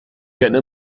كان